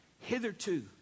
Hitherto